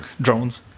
drones